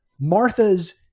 Martha's